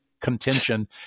contention